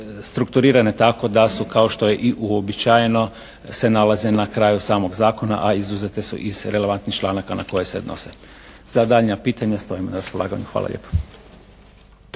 strukturirane tako da su kao što je i uobičajeno se nalaze na kraju samog zakona a izuzete su iz relevantnih članaka na koje se odnose. Za daljnja pitanja stojim na raspolaganju. Hvala lijepo.